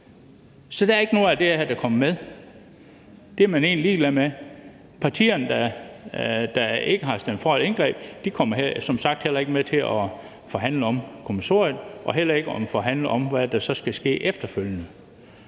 Så der er ikke noget af det her, der kommer med. Det er man egentlig ligeglad med. Partierne, der ikke har stemt for et indgreb, kommer som sagt heller ikke til at være med til at forhandle om kommissoriet og heller ikke til at forhandle om, hvad der så skal ske efterfølgende.